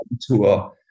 tour